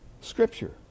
Scripture